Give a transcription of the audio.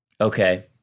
Okay